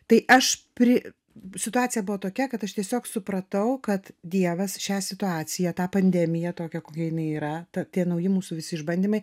tai aš pri situacija buvo tokia kad aš tiesiog supratau kad dievas šią situaciją tą pandemiją tokią kokia jinai yra ta tie nauji mūsų visi išbandymai